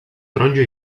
taronja